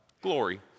glory